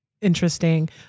interesting